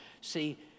See